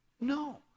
No